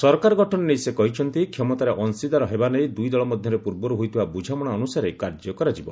ସରକାର ଗଠନ ନେଇ ସେ କହିଛନ୍ତି କ୍ଷମତାରେ ଅଂଶୀଦାର ହେବା ନେଇ ଦୁଇ ଦଳ ମଧ୍ୟରେ ପୂର୍ବରୁ ହୋଇଥିବା ବୁଝାମଣା ଅନୁସାରେ କାର୍ଯ୍ୟ କରାଯିବ